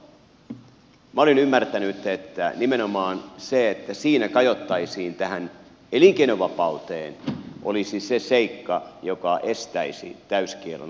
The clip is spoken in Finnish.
minä olin ymmärtänyt että nimenomaan se että siinä kajottaisiin tähän elinkeinovapauteen olisi se seikka joka estäisi täyskiellon ottamisen